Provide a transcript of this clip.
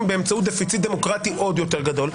באמצעות דפיציט דמוקרטי עוד יותר גדול.